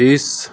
ਇਸ